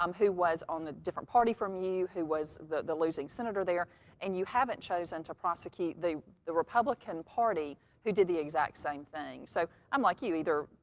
um who was on a different party from you. who was the the losing senator there and you haven't chosen to prosecute the the republican party who did the exact same thing. so, i'm like you. either,